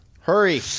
hurry